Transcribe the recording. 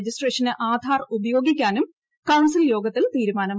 registration Aadhaar ഉപയോഗിക്കാനും council യോഗത്തിൽ തീരുമാനമായി